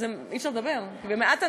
אי-אפשר לדבר, מעט אנשים,